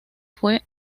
fue